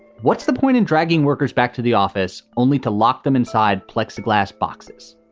what's the point in dragging workers back to the office only to lock them inside plexiglass boxes?